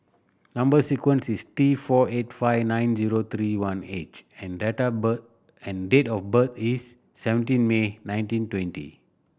number sequence is T four eight five nine zero three one H and date and date of birth is seventeen May nineteen twenty